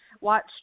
Watch